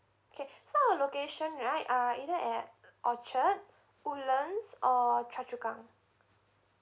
okay so our location right are either at orchard woodlands or chua chu kang